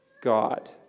God